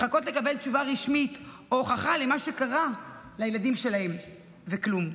מחכות לקבל תשובה רשמית או הוכחה למה שקרה לילדים שלהן וכלום.